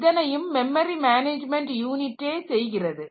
இதனையும் memory management யூனிட்டே செய்கிறது